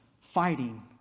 fighting